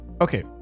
Okay